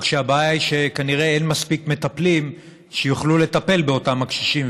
רק שהבעיה היא שכנראה אין מספיק מטפלים שיוכלו לטפל באותם הקשישים,